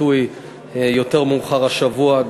יבוא לידי ביטוי יותר מאוחר השבוע,